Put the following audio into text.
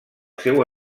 seu